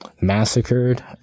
massacred